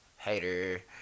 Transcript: Hater